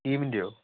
കീമിൻറ്റെയോ